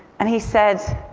and he said,